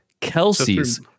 Kelsey's